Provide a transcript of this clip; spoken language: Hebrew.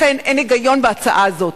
לכן, אין היגיון בהצעה הזאת.